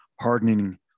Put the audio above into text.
hardening